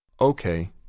Okay